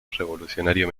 revolucionario